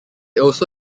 also